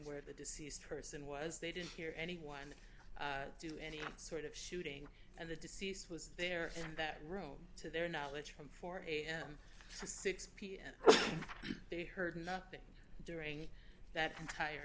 where the deceased person was they didn't hear anyone do any sort of shooting and the deceased was there in that room to their knowledge from four am they heard nothing during that entire